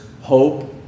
hope